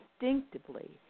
instinctively